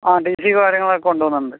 ആ T C കാര്യങ്ങളൊക്കെ കൊണ്ടുവന്നിട്ടുണ്ട്